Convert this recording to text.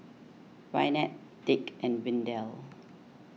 Gwyneth Dick and Windell